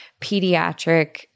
pediatric